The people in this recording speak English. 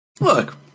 Look